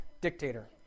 dictator